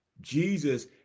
Jesus